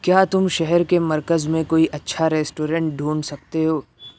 کیا تم شہر کے مرکز میں کوئی اچھا ریسٹورن ڈھونڈ سکتے ہو